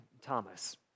Thomas